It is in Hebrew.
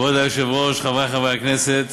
כבוד היושב-ראש, חברי חברי הכנסת,